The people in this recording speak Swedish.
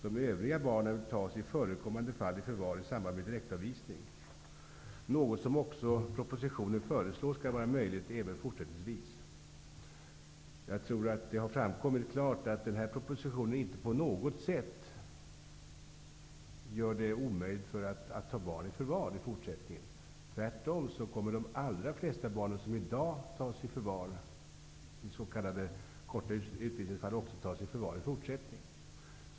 De övriga barnen tas i förekommande fall i förvar i samband med direktavvisning, något som propositionen föreslår skall vara möjligt även fortsättningsvis. Jag tror att det klart har framkommit att denna proposition inte på något sätt gör det omöjligt att i fortsättningen ta barn i förvar. Tvärtom kommer de allra flesta barn som i dag tas i förvar, och som har väntat en kort tid på utvisning, även i fortsättningen att tas i förvar.